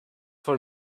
for